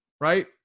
right